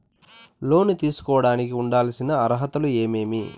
లోను తీసుకోడానికి ఉండాల్సిన అర్హతలు ఏమేమి?